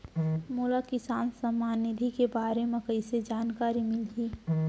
मोला किसान सम्मान निधि के बारे म कइसे जानकारी मिलही?